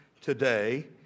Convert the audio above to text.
today